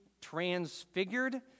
transfigured